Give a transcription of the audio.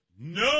No